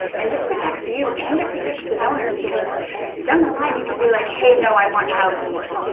and this protects you and it protects the donor because down the line, you could be like, hey, no, i want child support,